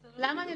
למה?